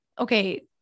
okay